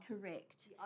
correct